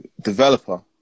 developer